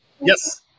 Yes